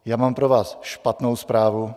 Já mám pro vás špatnou zprávu.